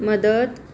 मदत